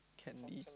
candy